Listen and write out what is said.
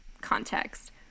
context